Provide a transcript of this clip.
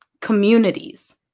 communities